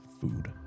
food